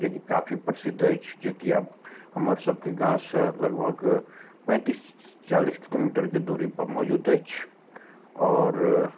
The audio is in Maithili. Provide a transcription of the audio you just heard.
जेकि काफी प्रसिद्ध अछि जेकि आब हमर सबके गाँव सऽ लगभग पैंतीस चालीस किलोमीटरके दूरी पर मौजूद अछि आओर